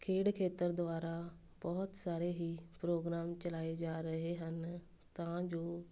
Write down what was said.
ਖੇਡ ਖੇਤਰ ਦੁਆਰਾ ਬਹੁਤ ਸਾਰੇ ਹੀ ਪ੍ਰੋਗਰਾਮ ਚਲਾਏ ਜਾ ਰਹੇ ਹਨ ਤਾਂ ਜੋ